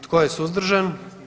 Tko je suzdržan?